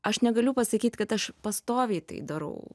aš negaliu pasakyt kad aš pastoviai tai darau